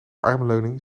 armleuning